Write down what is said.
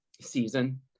season